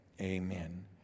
amen